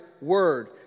Word